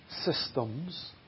systems